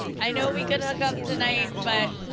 i know we could hook up tonight, but,